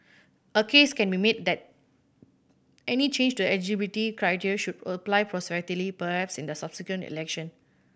a case can be made that any change to the eligibility criteria should apply prospectively perhaps in the subsequent election